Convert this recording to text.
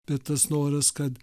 bet tas noras kad